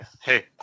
Hey